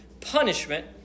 punishment